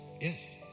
Yes